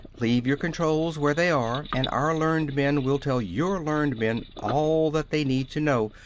leave your controls where they are, and our learned men will tell your learned men all that they need to know.